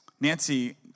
Nancy